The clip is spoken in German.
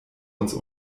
uns